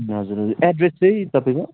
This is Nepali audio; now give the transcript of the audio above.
हजुर हजुर एड्रेस चाहिँ तपाईँको